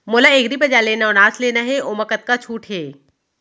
मोला एग्रीबजार ले नवनास लेना हे ओमा कतका छूट हे?